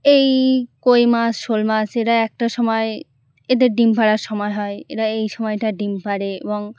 এই কই মাছ শোল মাছ এরা একটা সময় এদের ডিম পাড়ার সময় হয় এরা এই সময়টা ডিম পাড়ে এবং